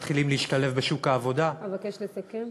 מתחילים להשתלב בשוק העבודה אבקש לסכם.